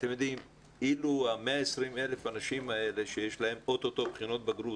אילו ה-120,000 אנשים האלה שיש להם עוד מעט בחינות בגרות,